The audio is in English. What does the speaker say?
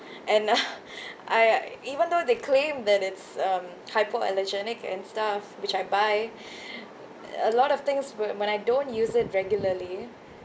and uh I even though they claimed that it's um hypoallergenic and stuff which I buy a lot of things we~ when I don't use it regularly